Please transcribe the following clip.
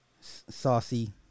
Saucy